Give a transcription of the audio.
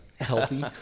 healthy